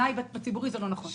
בעיניי בציבורי זה לא נכון.